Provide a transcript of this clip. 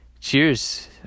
Cheers